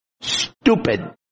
stupid